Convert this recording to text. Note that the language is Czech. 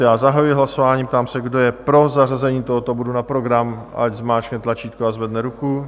Já zahajuji hlasování a ptám se, kdo je pro zařazení tohoto bodu na program, ať zmáčkne tlačítko a zvedne ruku.